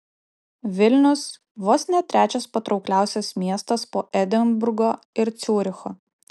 vilnius vos ne trečias patraukliausias miestas po edinburgo ir ciuricho